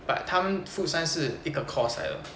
but 他们 food science 是一个 course 来的